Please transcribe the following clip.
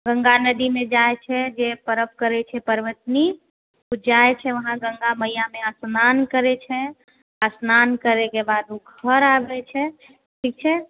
गंगा नदी मे जाइ छै जे परव करै छै परवतनी ओ जाइ छै वहाँ गंगा मैया मे स्नान करै छै स्नान करै के बाद ओ घर आबै छै ठीक छै